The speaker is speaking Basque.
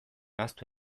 ahaztu